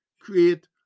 create